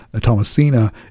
Thomasina